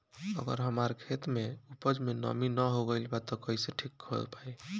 अगर हमार खेत में उपज में नमी न हो गइल बा त कइसे ठीक हो पाई?